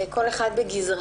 כל אחד בגזרתו,